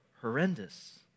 horrendous